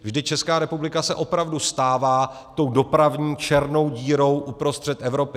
Vždyť Česká republika se opravdu stává tou dopravní černou dírou uprostřed Evropy.